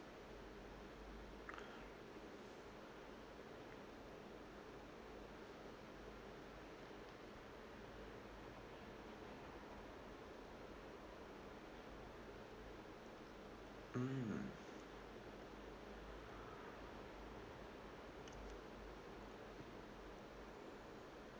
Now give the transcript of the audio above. mm